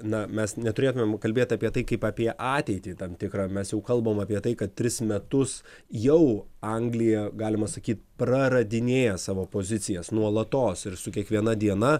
na mes neturėtumėm kalbėt apie tai kaip apie ateitį tam tikrą mes jau kalbam apie tai kad tris metus jau anglija galima sakyt praradinėja savo pozicijas nuolatos ir su kiekviena diena